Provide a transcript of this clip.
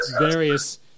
various